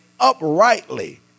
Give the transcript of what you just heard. uprightly